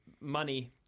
Money